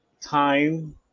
time